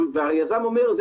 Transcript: והיזם אומר: זה